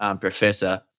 professor